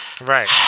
right